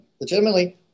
Legitimately